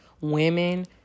women